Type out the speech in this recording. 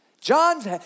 John's